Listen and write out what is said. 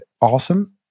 awesome